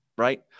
Right